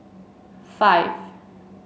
five